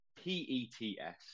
P-E-T-S